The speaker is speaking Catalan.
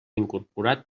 incorporat